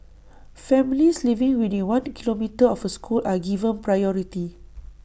families living within one kilometre of A school are given priority